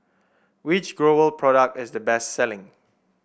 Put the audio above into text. which Growell product is the best selling